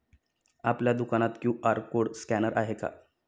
आपल्या दुकानात QR code scanner आहे का?